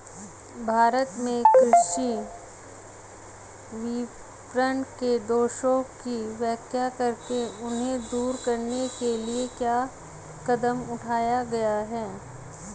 भारत में कृषि विपणन के दोषों की व्याख्या करें इन्हें दूर करने के लिए क्या कदम उठाए गए हैं?